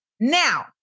Now